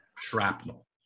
shrapnel